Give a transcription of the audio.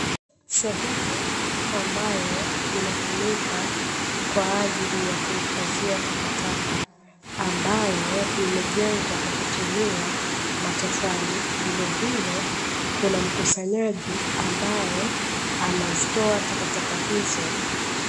Sehemu ambayo inatumika kwa ajili ya kuhifadhia takataka, ambayo imejengwa kwa kutumia matofali vilevile, kuna mkusanyaji ambaye anazitoa takataka hizo.